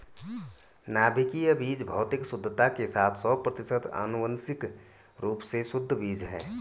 नाभिकीय बीज भौतिक शुद्धता के साथ सौ प्रतिशत आनुवंशिक रूप से शुद्ध बीज है